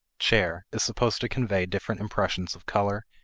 chair, is supposed to convey different impressions of color,